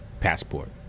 passport